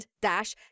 dash